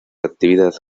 actividad